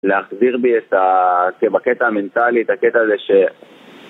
להחזיר בי את ה.. כן בקטע המנטלי, הקטע הזה ש..